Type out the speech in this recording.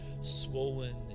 swollen